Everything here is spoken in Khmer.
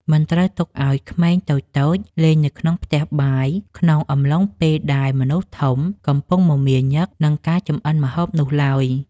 មិនត្រូវទុកឱ្យក្មេងតូចៗលេងនៅក្នុងផ្ទះបាយក្នុងអំឡុងពេលដែលមនុស្សធំកំពុងមមាញឹកនឹងការចម្អិនម្ហូបនោះឡើយ។